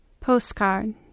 Postcard